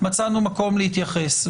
מצאנו מקום להתייחס.